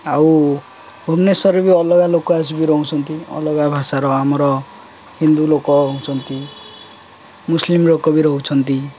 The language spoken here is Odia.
ଆଉ ଭୁବନେଶ୍ୱରରେ ବି ଅଲଗା ଲୋକ ଆସିକି ବି ରହୁଛନ୍ତି ଅଲଗା ଭାଷାର ଆମର ହିନ୍ଦୁ ଲୋକ ରହୁଛନ୍ତି ମୁସ୍ଲିମ୍ ଲୋକ ବି ରହୁଛନ୍ତି